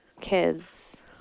kids